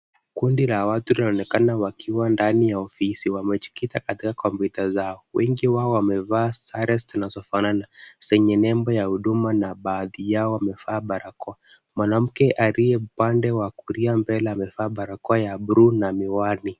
Kundi la watu waonekana wakiwa ndani ya ofisi. Wamejikita katika kompyuta zao. Wengi wao wamevaa sare zinazofanana zenye nembo ya huduma na baadhi yao wamevaa barakoa. Mwanamke aliye upande wa kulia mbele amevalia barakoa na miwani.